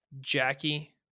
Jackie